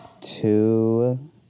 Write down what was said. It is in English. two